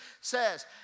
says